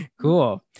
Cool